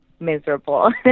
miserable